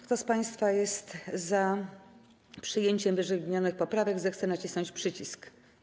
Kto z państwa jest za przyjęciem ww. poprawek, zechce nacisnąć przycisk.